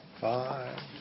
five